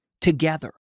Together